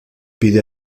pide